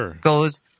goes